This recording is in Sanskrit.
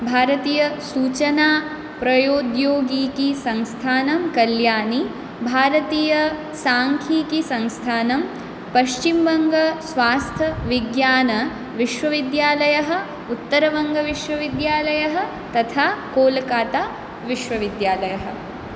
भारतीयसूचनाप्रौद्योगिकिसंस्थानं कल्याणी भारतीयसाङ्ख्यिकिसंस्थानं पश्चिमवङ्ग स्वास्थ्यविज्ञान विश्वविद्यालयः उत्तरवङ्गविश्वविद्यालयः तथा कोल्काकाताविश्वविद्यालयः